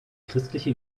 christliche